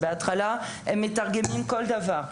הם מתרגמים כל דבר.